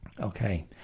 Okay